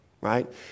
right